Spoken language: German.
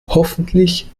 hoffentlich